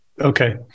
Okay